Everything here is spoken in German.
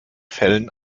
fällen